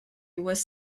was